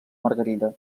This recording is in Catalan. margarida